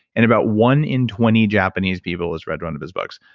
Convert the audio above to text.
and about one in twenty japanese people has read one of his books.